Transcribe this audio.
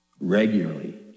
regularly